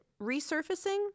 resurfacing